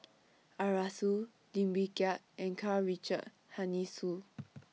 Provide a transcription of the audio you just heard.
Arasu Lim Wee Kiak and Karl Richard Hanitsch